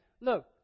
look